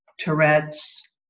Tourette's